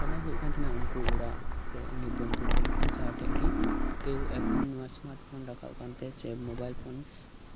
ᱪᱟᱞᱟᱣ ᱦᱩᱭᱩᱜ ᱠᱟᱱ ᱛᱟᱦᱮᱸᱱᱟ ᱩᱱᱠᱩ ᱚᱲᱟᱜ ᱥᱮ ᱮᱢᱱᱤ ᱵᱚᱱᱫᱷᱩ ᱴᱷᱮᱡ ᱥᱮ ᱛᱳ ᱮᱠᱷᱚᱱ ᱥᱮ ᱢᱳᱵᱟᱭᱤᱞ ᱯᱷᱳᱱ